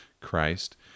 Christ